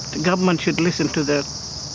the government should listen to the